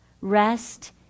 rest